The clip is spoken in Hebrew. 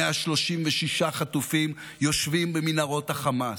136 חטופים יושבים במנהרות החמאס,